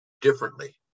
Differently